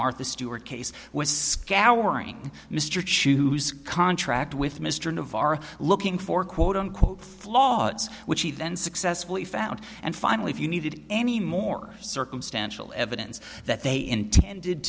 martha stewart case was scouring mr choose contract with mr navarro looking for quote unquote flaws which he then successfully found and finally if you needed any more circumstantial evidence that they intended